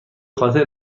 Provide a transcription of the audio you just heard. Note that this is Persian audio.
خاطر